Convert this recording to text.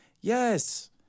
yes